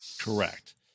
Correct